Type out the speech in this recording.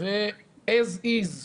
וכפי שהוא